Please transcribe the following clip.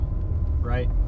Right